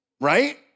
right